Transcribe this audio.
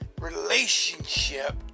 relationship